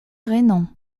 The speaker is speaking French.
rhénan